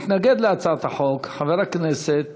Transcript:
מתנגד להצעת החוק חבר הכנסת